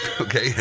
Okay